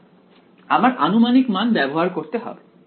তাই আমার আনুমানিক মান ব্যবহার করতে হবে